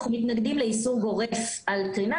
אנחנו מתנגדים לאיסור גורף על קרינה,